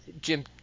Jim